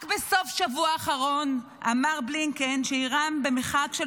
רק בסוף השבוע האחרון אמר בלינקן שאיראן במרחק של